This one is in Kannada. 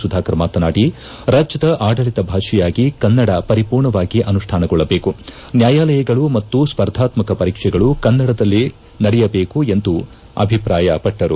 ಸುಧಾಕರ್ ಮಾತನಾಡಿ ರಾಜ್ಯದ ಆಡಳತ ಭಾಷೆಯಾಗಿ ಕನ್ನಡ ಪರಿಪೂರ್ಣವಾಗಿ ಅನುಷ್ಠಾನಗೊಳ್ಳಬೇಕು ನ್ಯಾಯಾಲಯಗಳು ಮತ್ತು ಸ್ಪರ್ಧಾತ್ವಕ ಪರೀಕ್ಷೆಗಳು ಕನ್ನಡದಲ್ಲೇ ನಡೆಯಬೇಕು ಎಂದು ಅಭಿಪ್ರಾಯಪಟ್ಟರು